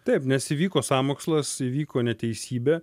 taip nes sąmokslas įvyko neteisybė